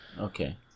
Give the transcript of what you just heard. Okay